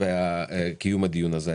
לגבי קיום הדיון הזה.